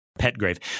Petgrave